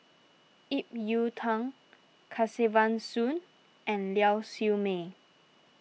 Ip Yiu Tung Kesavan Soon and Lau Siew Mei